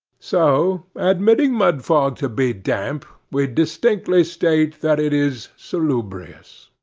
so, admitting mudfog to be damp, we distinctly state that it is salubrious.